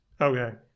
okay